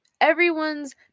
Everyone's